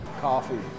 Coffee